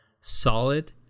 solid